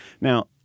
Now